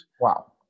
Wow